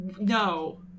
No